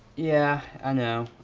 yeah, i know.